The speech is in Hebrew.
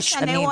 לא משנה,